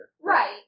Right